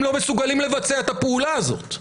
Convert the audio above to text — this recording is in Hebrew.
הם לא מסוגלים לבצע את הפעולה הזאת.